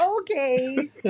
Okay